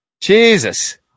Jesus